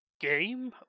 game